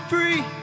free